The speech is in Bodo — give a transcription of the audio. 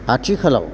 आथिखालाव